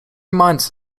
months